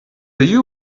you